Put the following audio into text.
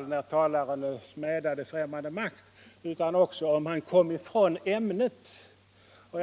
när talaren smädar främmande makt utan också om han inte håller sig till ämnet.